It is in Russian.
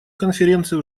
конференция